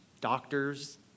doctors